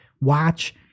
watch